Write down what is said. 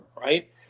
right